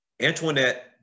Antoinette